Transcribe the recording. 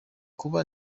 kuba